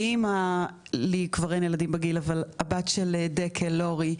ואם הבת של דקל אורי,